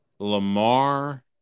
Lamar